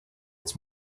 its